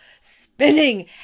spinning